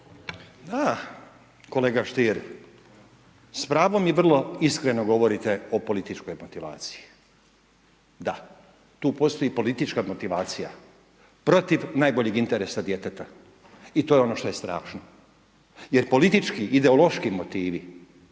Da, kolega Stier, s pravom i vrlo iskreno govorite o političkoj motivaciji, da, tu postoji politička motivacija protiv najboljeg interesa djeteta i to je ono što je strašno jer politički ideološki motivi